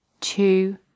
two